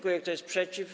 Kto jest przeciw?